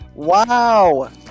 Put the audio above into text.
Wow